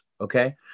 Okay